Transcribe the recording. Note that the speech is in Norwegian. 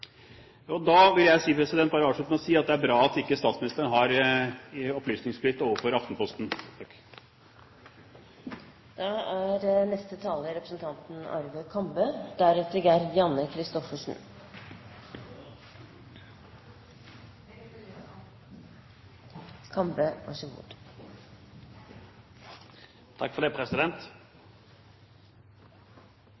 Da vil jeg bare avslutte med å si at det er bra at ikke statsministeren har opplysningsplikt overfor Aftenposten.